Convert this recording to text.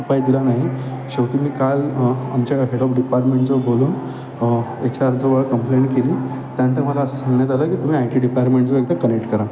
उपाय दिला नाही शेवटी मी काल आमच्या का हेड ऑफ डिपार्टमेंटजवळ बोलून एच आरजवळ कंप्लेंट केली त्यानंतर मला असं सांगण्यात आलं की तुम्ही आय टी डिपार्टमेंटजवळ एकदा कनेक्ट करा